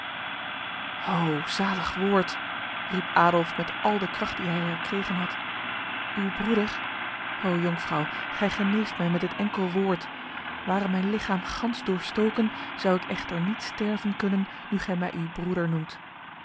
ho zalig woord riep adolf met al de kracht die hij herkregen had uw broeder o jonkvrouw gij geneest mij met dit enkel woord ware mijn lichaam gans doorstoken zou ik echter niet sterven kunnen nu gij mij uw broeder noemt